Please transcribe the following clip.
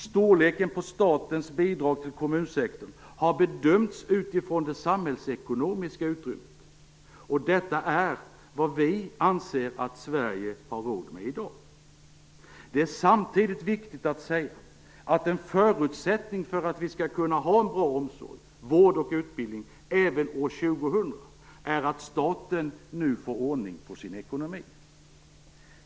Storleken på statens bidrag till kommunsektorn har bedömts utifrån det samhällsekonomiska utrymmet, och detta är vad vi anser att Sverige i dag har råd med. Det är samtidigt viktigt att säga att en förutsättning för att vi skall kunna ha en bra omsorg, vård och utbildning även år 2000 är att staten nu får ordning på sin ekonomi.